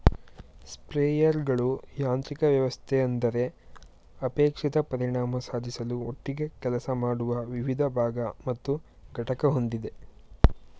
ಸ್ಪ್ರೇಯರ್ಗಳು ಯಾಂತ್ರಿಕ ವ್ಯವಸ್ಥೆ ಅಂದರೆ ಅಪೇಕ್ಷಿತ ಪರಿಣಾಮ ಸಾಧಿಸಲು ಒಟ್ಟಿಗೆ ಕೆಲಸ ಮಾಡುವ ವಿವಿಧ ಭಾಗ ಮತ್ತು ಘಟಕ ಹೊಂದಿದೆ